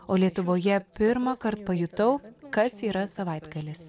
o lietuvoje pirmąkart pajutau kas yra savaitgalis